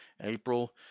April